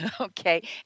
Okay